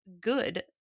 good